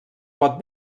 pot